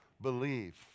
believe